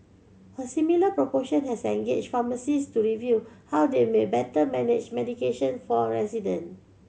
a similar proportion has engaged pharmacist to review how they may better manage medication for resident